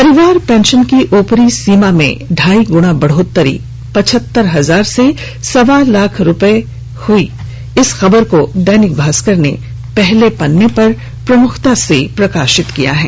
परिवार पेंशन की ऊपरी सीमा में ढाई गुना बढ़ोतरी पचहत्तर हजार से सवा लाख रुपये हुई इस खबर को दैनिक भास्कर ने पहले पन्ने पर प्रमुखता से प्रकाशित किया है